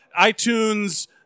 iTunes